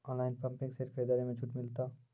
Online pumping set खरीदारी मे छूट मिलता?